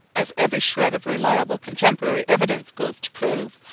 as every shred of reliable contemporary evidence goes to prove,